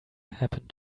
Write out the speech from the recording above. happened